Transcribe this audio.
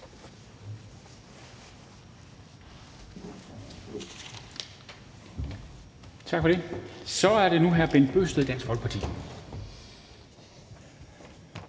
afspritning er det nu hr. Bent Bøgsted, Dansk Folkeparti.